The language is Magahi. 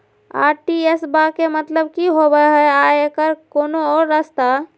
आर.टी.जी.एस बा के मतलब कि होबे हय आ एकर कोनो और रस्ता?